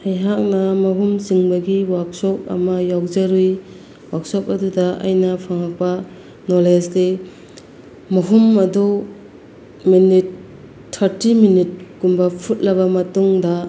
ꯑꯩꯍꯥꯛꯅ ꯃꯍꯨꯝ ꯆꯤꯡꯕꯒꯤ ꯋꯥꯛꯁꯣꯞ ꯑꯃ ꯌꯥꯎꯖꯔꯨꯏ ꯋꯥꯛꯁꯣꯞ ꯑꯗꯨꯗ ꯑꯩꯅ ꯐꯪꯂꯛꯄ ꯅꯣꯂꯦꯖꯇꯤ ꯃꯍꯨꯝ ꯑꯗꯨ ꯃꯤꯅꯤꯠ ꯊꯥꯏꯇꯤ ꯃꯤꯅꯤꯠ ꯀꯨꯝꯕ ꯐꯨꯠꯂꯕ ꯃꯇꯨꯡꯗ